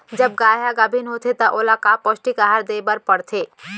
जब गाय ह गाभिन होथे त ओला का पौष्टिक आहार दे बर पढ़थे?